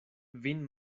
vin